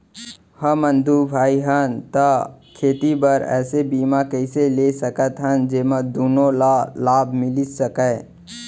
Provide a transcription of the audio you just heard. हमन दू भाई हन ता खेती बर ऐसे बीमा कइसे ले सकत हन जेमा दूनो ला लाभ मिलिस सकए?